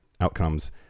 outcomes